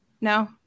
No